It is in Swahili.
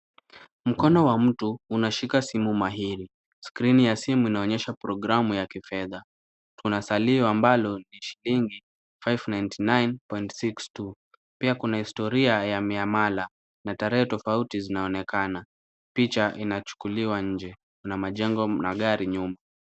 Mkono wa mtu unashika simu mahiri, skrini ya simu inaonyesha programu ya kifedha. Kuna salio ambalo ni shilingi, five ninety nine point six two , pia kuna historia ya miamala na tarehe tofauti zinaonekana. Picha inachukuliwa nje kuna majengo, mna gari nyuma.